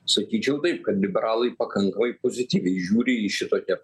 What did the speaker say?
sakyčiau taip kad liberalai pakankamai pozityviai žiūri į šitokią